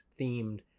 themed